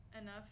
enough